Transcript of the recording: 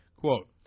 Quote